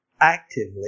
actively